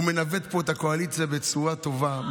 הוא מנווט פה את הקואליציה בצורה טובה,